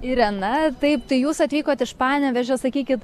irena taip tai jūs atvykot iš panevėžio sakykit